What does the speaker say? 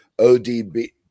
ODB